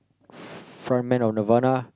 front man of Nirvana